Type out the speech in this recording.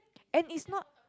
and is not